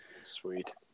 Sweet